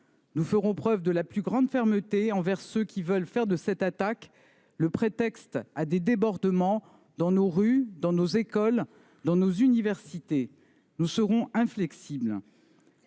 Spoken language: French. Nous ferons preuve de la plus grande fermeté envers ceux qui veulent faire de cette attaque le prétexte de débordements dans nos rues, nos écoles ou nos universités. Nous serons inflexibles